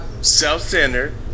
self-centered